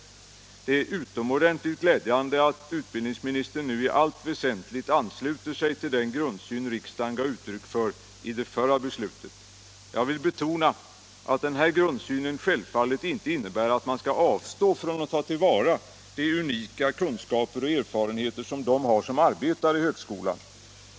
Det är utomordentligt glädjande att utbildningsministern nu i allt väsentligt ansluter sig till den grundsyn riksdagen gav uttryck åt i det förra beslutet. Jag vill betona att den här grundsynen självfallet inte innebär att man skall avstå från att ta till vara de unika kunskaper och erfarenheter som de har som arbetar inom högskolan.